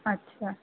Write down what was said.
अछा